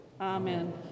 Amen